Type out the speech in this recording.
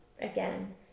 Again